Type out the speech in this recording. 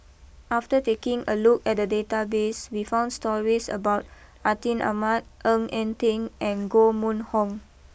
after taking a look at the database we found stories about Atin Amat Ng Eng Teng and Koh Mun Hong